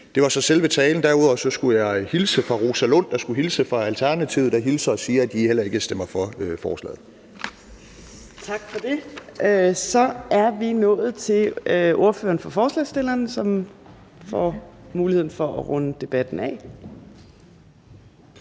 Det var så selve talen. Derudover skulle jeg hilse fra Rosa Lund, der skulle hilse fra Alternativet, der hilser og siger, at de heller ikke stemmer for forslaget. Kl. 15:00 Fjerde næstformand (Trine Torp): Tak for det. Så er vi nået til ordføreren for forslagsstillerne, som får muligheden for at runde debatten af.